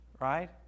right